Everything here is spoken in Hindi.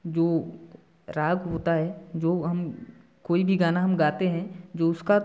जो राग होता है जो हम कोई भी गाना हम गाते हैं जो उसका